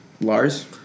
Lars